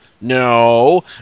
No